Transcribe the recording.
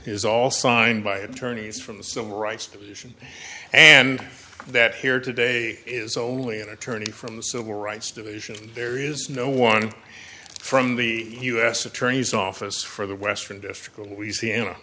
is all signed by attorneys from the civil rights division and that here today is only an attorney from the civil rights division there is no one from the u s attorney's office for the western district a louisiana